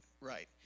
right